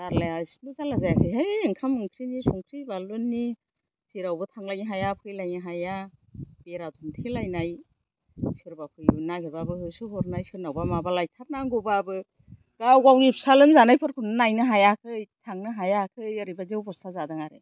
जारलाया एसेल' जारला जायाखैहाय ओंखाम ओंख्रिनि संख्रि बानलुनि जेरावबो थांलायनो हाया फैलायनि हाया बेरा दुमथेलायनाय सोरबा फैनो नागेरबाबो होसोहरनाय सोरनावबा माबा लायथारनंगौबाबो गाव गावनि फिसा लोमजानायखौनो नायनो हायाखै थांनो हायाखै ओरैबायदि अबस्था जादों आरो